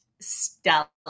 Stella